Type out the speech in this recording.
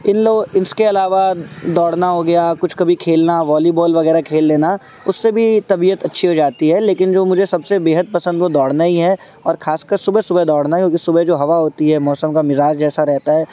ان اس کے علاوہ دوڑنا ہو گیا کچھ کبھی کھیلنا والی بال وغیرہ کھیل لینا اس سے بھی طبیعت اچھی ہو جاتی ہے لیکن جو مجھے سب سے بےحد پسند وہ دوڑنا ہی ہے اور خاص کر صبح صبح دوڑنا کیوںکہ صبح جو ہوا ہوتی ہے موسم کا مزاج جیسا رہتا ہے